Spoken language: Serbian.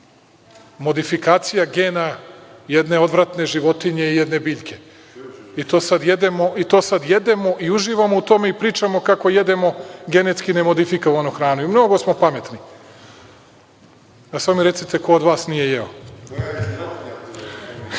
Modifikacija gena jedne odvratne životinje i jedne biljke i to sad jedemo i uživamo u tome i pričamo kako jedemo genetski nemodifikovanu hranu i mnogo smo pametni. Sada mi recite – ko od vas nije jeo?(Vojislav